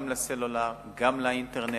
גם לסלולר, גם לאינטרנט.